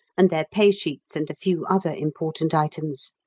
and their pay-sheets and a few other important items.